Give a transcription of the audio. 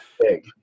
big